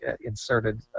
inserted